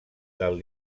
del